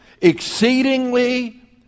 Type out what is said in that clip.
exceedingly